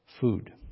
food